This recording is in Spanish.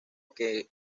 que